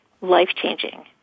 life-changing